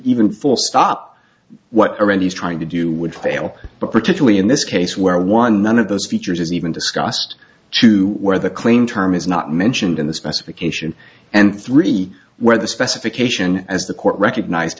even full stop what a ready is trying to do would fail but particularly in this case where one none of those features is even discussed to where the claimed term is not mentioned in the specification and three where the specification as the court recognized